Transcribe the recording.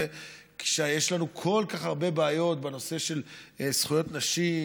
כשיש לנו כל כך הרבה בעיות בנושא של זכויות נשים,